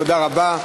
תודה רבה.